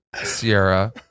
Sierra